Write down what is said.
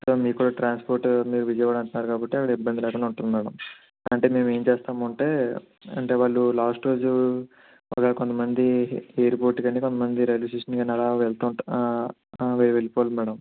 so మీక్కూడా transport మీరు విజయవాడ అంటున్నారు కాబట్టి ఇబ్బంది లేకుండా ఉంటుంది మేడమ్ అంటే మేము ఏం చేస్తామంటే అంటే వాళ్ళు లాస్ట్ రోజు ఒకవేళ కొంతమంది ఎయిర్పోర్ట్కి రమ్మనండి లేకపోతే రైల్వే స్టేషన్ అలా వెళ్తా వెళ్ళిపోవాలి మేడం